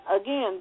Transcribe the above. again